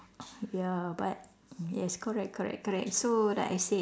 ya but yes correct correct correct so like I say